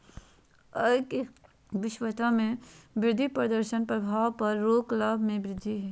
आय के विषमता में वृद्धि प्रदर्शन प्रभाव पर रोक लाभ में वृद्धि